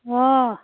অঁ